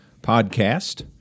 podcast